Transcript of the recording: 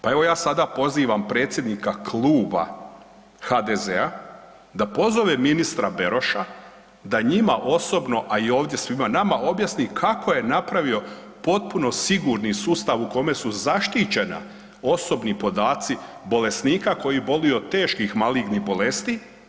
Pa evo ja sada pozivam predsjednika kluba HDZ-a da pozovne ministra Beroša da njima osobno, a i ovdje svima nama objasni kako je napravio potpuno sigurni sustav u kome su zaštićeni osobni podaci bolesnika koji boluju od teških malignih bolesti.